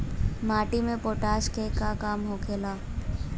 माटी में पोटाश के का काम होखेला?